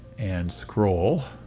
and scroll